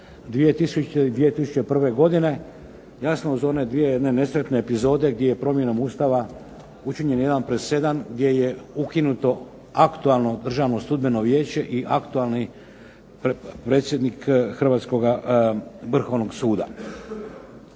2001. godine. Jasno uz one dvije jedne nesretne epizode gdje je promjenom Ustava učinjen jedan presedan gdje je ukinuto aktualno Državno sudbeno vijeće i aktualni predsjednik Hrvatskoga Vrhovnog suda.